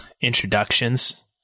introductions